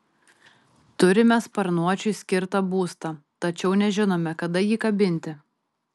turime sparnuočiui skirtą būstą tačiau nežinome kada jį kabinti